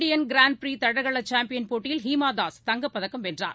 Indian grand ஃப்ரிதடகளசாம்பியன் போட்டியில் ஹீமாதாஸ் தங்கப் பதக்கம் வென்றார்